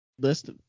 list